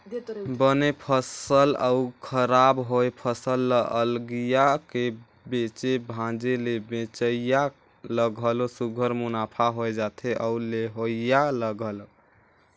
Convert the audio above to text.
बने फसल अउ खराब होए फसल ल अलगिया के बेचे भांजे ले बेंचइया ल घलो सुग्घर मुनाफा होए जाथे अउ लेहोइया ल घलो